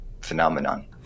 phenomenon